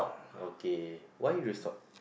okay why you stop